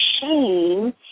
shame